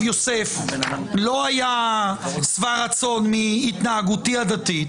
יוסף לא היה שבע רצון מהתנהגותי הדתית,